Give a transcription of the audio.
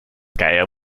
geier